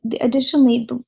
Additionally